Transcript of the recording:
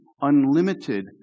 unlimited